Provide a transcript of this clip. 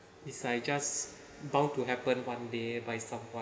it's like just bound to happen one day by someone